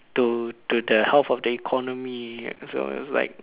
to to the health of the economy so it was like